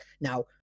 now